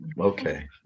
okay